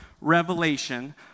revelation